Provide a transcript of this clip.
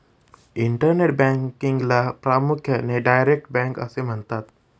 internet बँकिंगला प्रामुख्याने direct bank असे म्हणतात